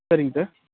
சரிங்க சார்